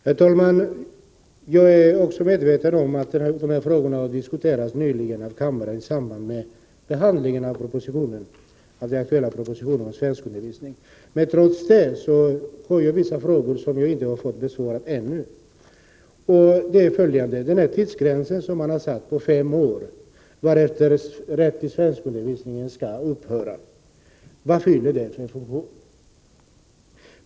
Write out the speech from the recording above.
Herr talman! Jag är också medveten om att de här frågorna har diskuterats nyligen av kammaren i samband med behandlingen av den särskilda propositionen om svenskundervisningen. Men trots det har jag vissa frågor som jag inte fått besvarade ännu. Tidsgränsen som man har satt på fem år, varefter rätten till svenskundervisning skall upphöra, vad fyller den för funktion?